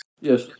Yes